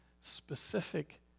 specific